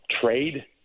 trade